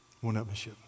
one-upmanship